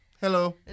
Hello